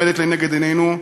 עומדת לנגד עינינו,